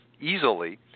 easily